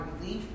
relief